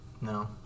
No